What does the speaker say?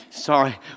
Sorry